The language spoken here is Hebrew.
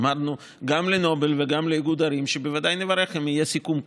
אמרנו גם לנובל וגם לאיגוד ערים שבוודאי נברך אם יהיה סיכום כזה.